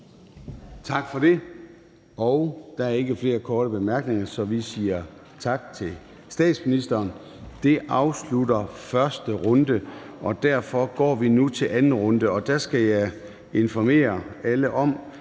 Tak for det. Der er ikke flere korte bemærkninger, så vi siger tak til statsministeren. Det afslutter første runde, og derfor går vi nu til anden runde, og her skal jeg informere alle om,